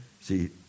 See